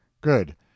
good